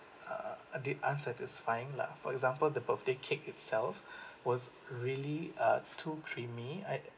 err a bit unsatisfying lah for example the birthday cake itself was really uh too creamy I